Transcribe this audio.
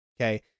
Okay